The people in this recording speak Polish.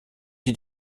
się